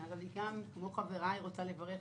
אני כמו חבריי, רוצה לברך